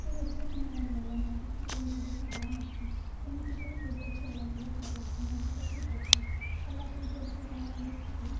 నేను ఎప్పుడు తినడం వల్ల నాకు చికెన్ కూడా చాలా నచ్చింది నేను చికెన్ ప్రిపేర్ చేయడం కూడా చాలా మంచిగా ప్రిపేర్ చేస్తాను ఎలా ప్రిపేర్ చేయాలి అంటే చికెన్